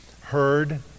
heard